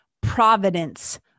providence